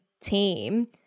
team